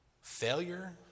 Failure